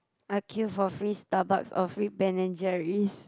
I'll queue for free stuff but for free Ben and Jerry's